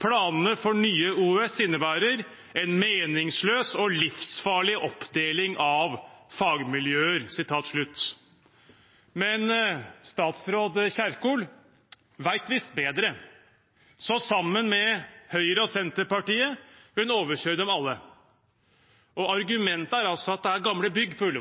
Planene for Nye Oslo universitetssykehus innebærer en meningsløs og livsfarlig oppdeling av fagmiljøer.» Men statsråd Kjerkol vet visst bedre, så sammen med Høyre og Senterpartiet vil hun overkjøre dem alle. Argumentet er altså at det er gamle bygg på